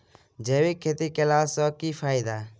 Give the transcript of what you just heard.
जैविक खेती केला सऽ की फायदा?